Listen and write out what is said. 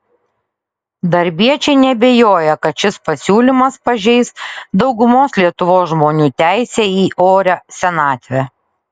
darbiečiai neabejoja kad šis pasiūlymas pažeis daugumos lietuvos žmonių teisę į orią senatvę